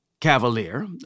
Cavalier